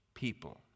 People